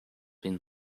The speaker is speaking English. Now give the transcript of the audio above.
been